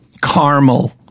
Caramel